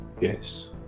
yes